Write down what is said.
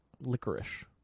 licorice